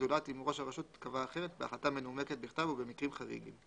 זולת אם ראש הרשות קבע אחרת בהחלטה מנומקת בכתב ובמקרים חריגים.